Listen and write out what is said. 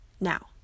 now